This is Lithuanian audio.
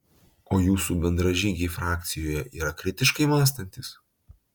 o jūsų bendražygiai frakcijoje yra kritiškai mąstantys